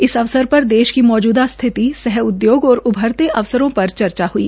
इस अवसर देश की मौजूदा स्थिति सह उद्योग और उभरते अवसरों पर चर्चा हई